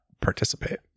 participate